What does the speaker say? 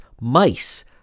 mice